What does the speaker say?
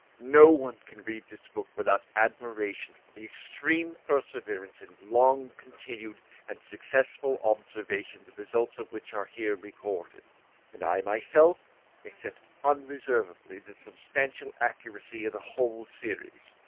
no one can read this book without admiration for the extreme perseverance in long continued and successful observation, the results of which are here recorded and i myself accept unreservedly the substantial accuracy of the whole series.